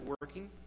working